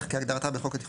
- כהגדרתה בחוק משק